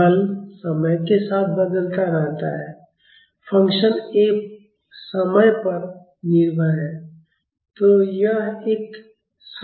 बल समय के साथ बदलता रहता है फ़ंक्शन F समय पर निर्भर है